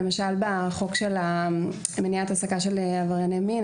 למשל בחוק של מניעת העסקה של עברייני מין,